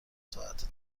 ساعته